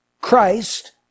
Christ